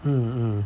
um um